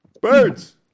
birds